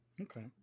okay